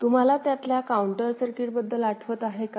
तुम्हाला त्यातल्या counter circuit बद्दल आठवत आहे का